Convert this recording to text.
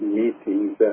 meetings